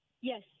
Yes